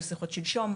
היו שיחות שלשום.